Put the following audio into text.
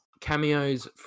cameos